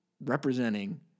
representing